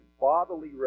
bodily